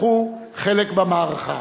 לקחו חלק במערכה.